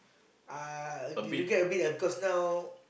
uh you regret a but ah because now